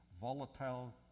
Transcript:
volatile